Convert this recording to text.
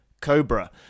Cobra